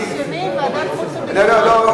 מניסיוני, ועדת חוץ וביטחון לא דנה.